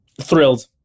Thrilled